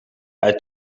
hij